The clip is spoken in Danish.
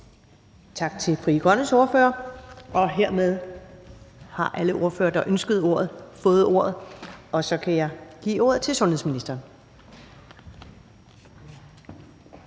Tak til Frie Grønnes ordfører. Hermed har alle ordførere, der ønskede ordet, fået ordet. Så kan jeg give ordet til sundhedsministeren.